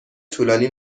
طولانی